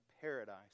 paradise